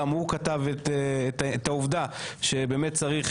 גם הוא כתב את העובדה שבאמת צריך